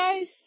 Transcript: guys